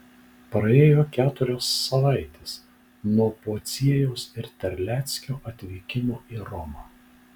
praėjo keturios savaitės nuo pociejaus ir terleckio atvykimo į romą